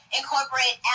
incorporate